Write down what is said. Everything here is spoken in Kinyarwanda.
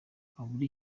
habura